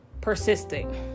persisting